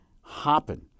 hopping